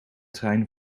trein